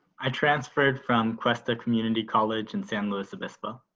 i transferred from cuesta community college in san luis obispo.